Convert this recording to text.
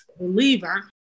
Believer